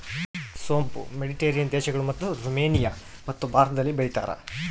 ಸೋಂಪು ಮೆಡಿಟೇರಿಯನ್ ದೇಶಗಳು, ರುಮೇನಿಯಮತ್ತು ಭಾರತದಲ್ಲಿ ಬೆಳೀತಾರ